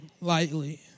lightly